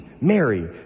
Mary